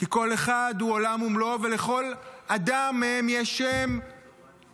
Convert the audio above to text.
כי כל אחד הוא עולם ומלואו ולכל אדם מהם יש שם ויש